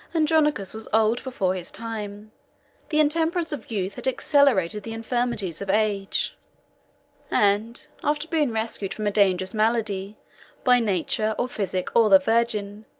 andronicus was old before his time the intemperance of youth had accelerated the infirmities of age and after being rescued from a dangerous malady by nature, or physic, or the virgin,